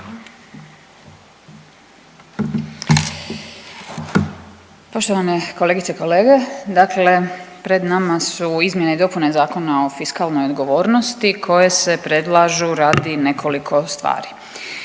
Poštovane kolegice i kolege, dakle pred nama su izmjene i dopune Zakona o fiskalnoj odgovornosti koje se predlažu radi nekoliko stvari,